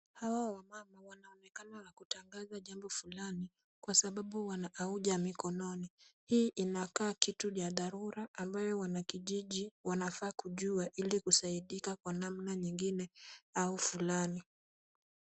Hawa wamama wanaonekana wakitangaza jambo fulani kwa sababu wana auja mikononi. Hii inakaa kitu ya dharura ambayo wanakijiji wanafaa kujua ili kusaidika kwa namna nyingine au fulani.